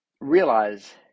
realize